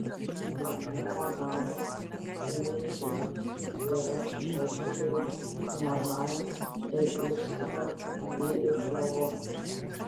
mane pagavo įniršis ir aš vožtelėjau mažajam ir išstūmiau jį iš lovos